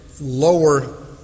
lower